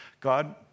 God